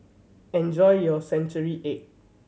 enjoy your century egg